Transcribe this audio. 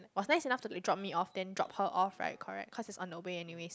was nice enough to drop me off then drop her off right correct cause it's on the way anyways